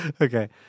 Okay